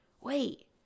wait